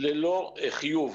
ללא חיוב.